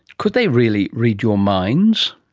could they really read your minds?